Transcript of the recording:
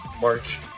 March